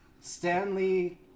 Stanley